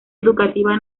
educativa